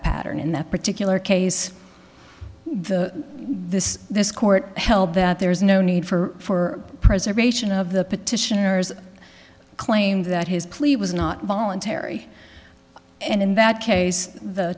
pattern in that particular case this this court held that there is no need for preservation of the petitioners claim that his plea was not voluntary and in that case the